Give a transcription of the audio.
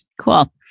Cool